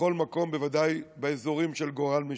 בכל מקום, בוודאי באזורים של גורל משותף.